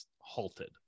halted